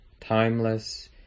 timeless